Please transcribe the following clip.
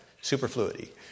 superfluity